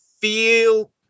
feel